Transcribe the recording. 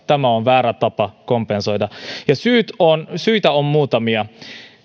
tämä on väärä tapa kompensoida ja syitä on muutamia